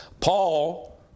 Paul